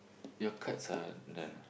your cards are done